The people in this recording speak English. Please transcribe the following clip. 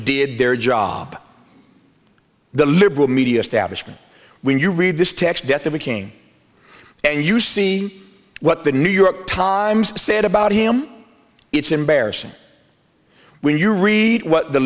did their job the liberal media establishment when you read this tax debt that we came and you see what the new york times said about him it's embarrassing when you read